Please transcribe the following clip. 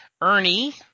Ernie